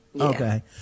okay